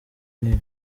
nini